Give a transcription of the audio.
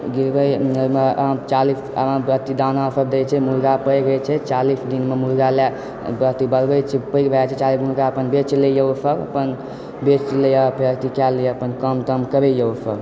चालीस अथी ओहिमे दानासभ दैत छी मुर्गा पैघ होइत छै चालीस दिनमे मुर्गा ला बढ़बैत छै पैघ भए जाइत छै चालीस दिनमे ओकरा अपन बेच लेइयऽ ओसभ अपन बेच लेइए फेर एथी कए लेइए अपन काम ताम करय यऽ ओसभ